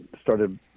started